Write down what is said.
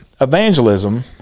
evangelism